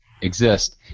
exist